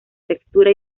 textura